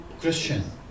Christian